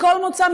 מכל מוצא,